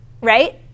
right